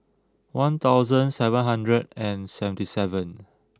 one thousand seven hundred and seventy seven